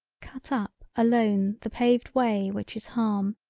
cut up alone the paved way which is harm.